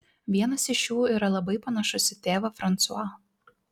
vienas iš jų yra labai panašus į tėvą fransuą